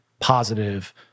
positive